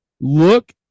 Look